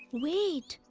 wait!